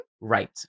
Right